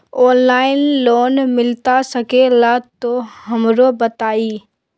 Online loan मिलता सके ला तो हमरो बताई?